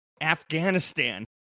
Afghanistan